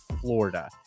Florida